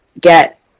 get